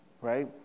right